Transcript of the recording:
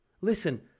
Listen